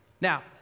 Now